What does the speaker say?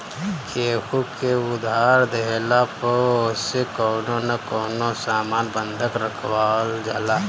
केहू के उधार देहला पअ ओसे कवनो न कवनो सामान बंधक रखवावल जाला